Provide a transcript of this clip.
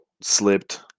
slipped